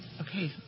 okay